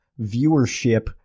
viewership